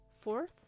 Fourth